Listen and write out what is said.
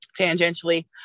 tangentially